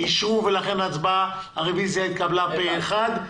אישרו ולכן הרביזיה התקבלה פה אחד.